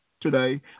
today